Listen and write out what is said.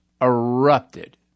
erupted